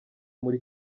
muri